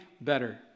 better